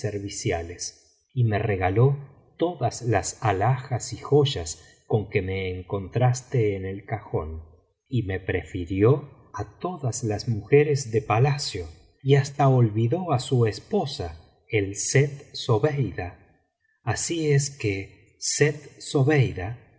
serviciales y me regaló todas las alhajas y joyas con que me encontraste en el cajón y me prefirió á todas las mujeres de palacio y hasta olvidó á su esposa el sett zobeida asi es que